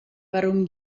warum